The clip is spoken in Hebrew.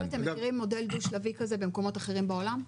האם אתם מכירים מודל דו שלבי כזה במקומות אחרים בעולם?